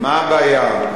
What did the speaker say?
מה הבעיה?